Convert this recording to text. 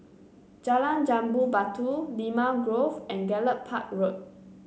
Jalan Jambu Batu Limau Grove and Gallop Park Road